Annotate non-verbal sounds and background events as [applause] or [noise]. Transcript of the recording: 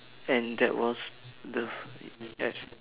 and that was the [noise]